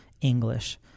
English